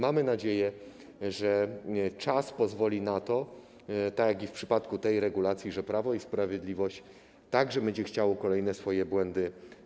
Mamy nadzieję, że czas pozwoli na to, tak jak w przypadku tej regulacji, że Prawo i Sprawiedliwość także będzie chciało naprawiać kolejne swoje błędy.